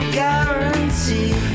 guarantee